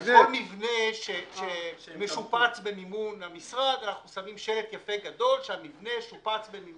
כי בסוף יושבים שני נציגים בכירים של ממשלה והם משלמים את המחיר.